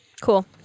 Cool